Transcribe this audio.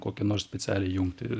kokią nors specialią jungtį